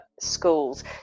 schools